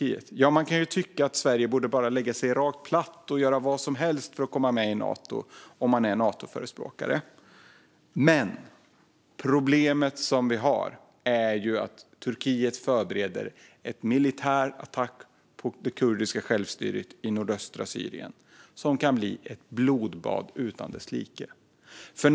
Ja, om man är Natoförespråkare kan man ju tycka att Sverige bara borde lägga sig platt och göra vad som helst för att komma med i Nato. Men problemet vi har är att Turkiet förbereder en militär attack mot det kurdiska självstyret i nordöstra Syrien som kan bli ett blodbad utan dess like.